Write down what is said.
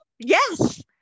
Yes